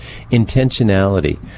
Intentionality